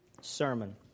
sermon